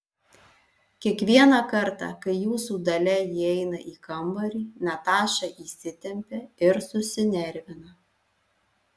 kiekvieną kartą kai jūsų dalia įeina į kambarį nataša įsitempia ir susinervina